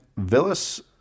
Villas